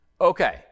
Okay